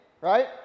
right